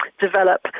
develop